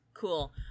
Cool